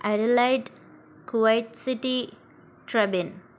Adelaide Kuwait City ట్రెబిన్